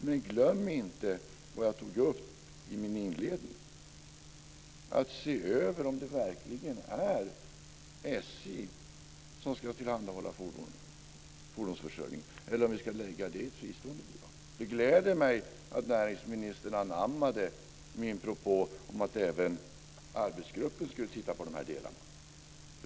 Men glöm inte vad jag tog upp i min inledning, att se över om det verkligen är SJ som ska tillhandahålla fordonsförsörjningen eller om vi ska lägga den i ett fristående bolag. Det gläder mig att näringsministern anammade min propå om att även arbetsgruppen skulle titta på de här delarna.